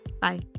Bye